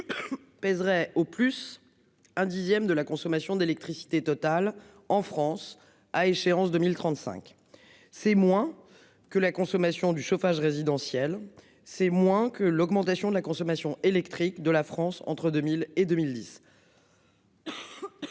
Pèserait au plus un dixième de la consommation d'électricité totale en France à échéance 2035. C'est moins que la consommation du chauffage résidentiel. C'est moins que l'augmentation de la consommation électrique de la France entre 2000 et 2010.